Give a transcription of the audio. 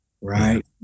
right